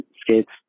skates